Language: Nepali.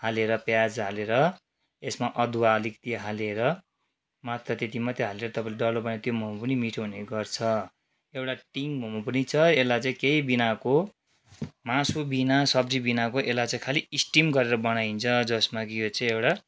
हालेर प्याज हालेर यसमा अदुवा अलिकति हालेर मात्र त्यति मात्र हालेर तपाईँले डल्लो बनाए त्यो मोमो पनि मिठो हुने गर्छ एउटा टी मोमो पनि छ यसलाई चाहिँ केही बिनाको मासु बिना सब्जी बिनाको यसलाई चै खाली स्टिम गरेरे बनाइन्छ जसमा कि यो चाहिँ एउटा